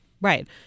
Right